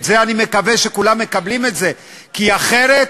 את זה אני מקווה שכולם מקבלים, כי אחרת,